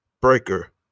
Breaker